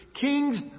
kings